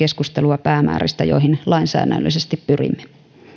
keskustelua päämääristä joihin lainsäädännöllisesti pyrimme